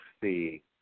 see